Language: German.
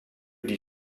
die